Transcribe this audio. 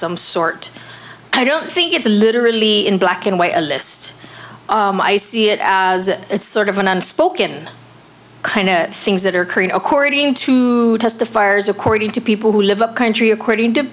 some sort i don't think it's literally in black and white a list i see it as a sort of an unspoken kind of things that are current according to testifiers according to people who live up country according to